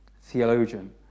theologian